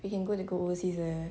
you can go you go overseas leh